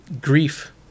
grief